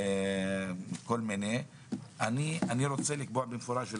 אני רוצה לקבוע במפורש.